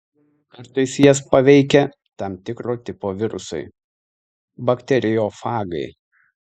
kartais jas paveikia tam tikro tipo virusai bakteriofagai